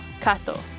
Kato